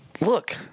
Look